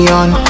on